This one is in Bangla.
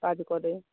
কাজ করে